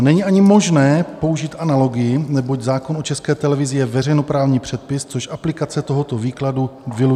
Není ani možné použít analogii, neboť zákon o České televizi je veřejnoprávní předpis, což aplikace tohoto výkladu vylučuje.